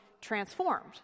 transformed